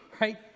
Right